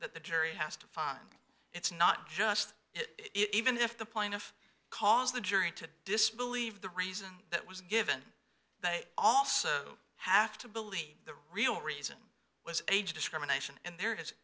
that the jury has to find it's not just it even if the plaintiff cause the jury to disbelieve the reason that was given but i also have to believe the real reason was age discrimination and there